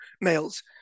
males